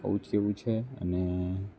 આવું જ કહેવું છે અને